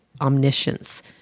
omniscience